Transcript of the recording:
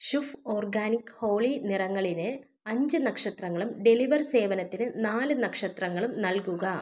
Shubh organic Holi നിറങ്ങളിന് അഞ്ച് നക്ഷത്രങ്ങളും ഡെലിവർ സേവനത്തിന് നാല് നക്ഷത്രങ്ങളും നൽകുക